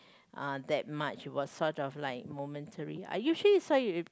uh that much it was sort of like momentary are you sure you saw it